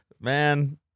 Man